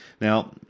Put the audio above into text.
Now